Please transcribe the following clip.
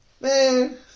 Man